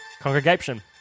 Congregation